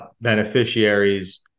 beneficiaries